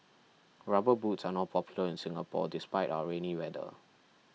rubber boots are not popular in Singapore despite our rainy weather